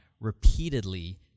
repeatedly